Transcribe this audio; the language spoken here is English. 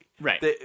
Right